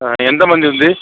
ఎంతమంది ఉంది